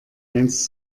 eins